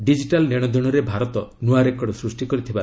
digital ନେଣଦେଶରେ ଭାରତ ନୂଆ record ସୃଷ୍ଟି କରିଛି